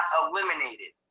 eliminated